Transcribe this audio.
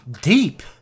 deep